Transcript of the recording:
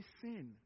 sin